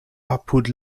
apud